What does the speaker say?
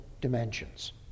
dimensions